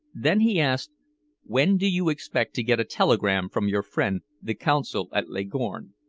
then he asked when do you expect to get a telegram from your friend, the consul at leghorn?